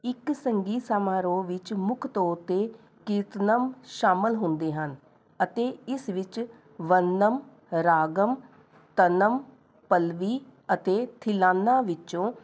ਇੱਕ ਸੰਗੀਤ ਸਮਾਰੋਹ ਵਿੱਚ ਮੁੱਖ ਤੌਰ 'ਤੇ ਕੀਰਤਨਮ ਸ਼ਾਮਲ ਹੁੰਦੇ ਹਨ ਅਤੇ ਇਸ ਵਿੱਚ ਵਰਨਮ ਰਾਗਮ ਤਨਮ ਪੱਲਵੀ ਅਤੇ ਥਿਲਾਨਾ ਵਿੱਚੋਂ